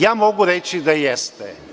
Ja mogu reći da jeste.